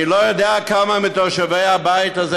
אני לא יודע כמה מיושבי הבית הזה